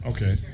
Okay